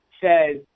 says